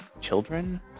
children